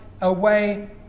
away